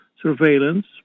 surveillance